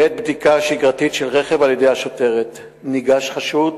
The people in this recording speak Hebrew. בעת בדיקה שגרתית של רכב על-ידי השוטרת ניגש חשוד